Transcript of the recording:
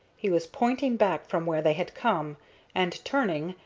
he was pointing back from where they had come and, turning,